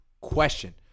question